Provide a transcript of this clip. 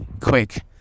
quick